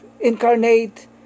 incarnate